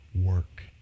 work